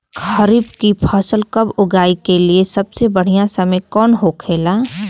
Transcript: खरीफ की फसल कब उगाई के लिए सबसे बढ़ियां समय कौन हो खेला?